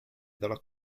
dalla